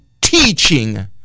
teaching